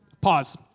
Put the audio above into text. pause